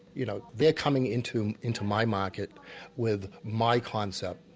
you know, they're coming into into my market with my concept,